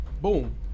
Boom